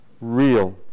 real